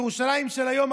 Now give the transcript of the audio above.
ירושלים של היום,